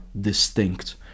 distinct